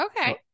Okay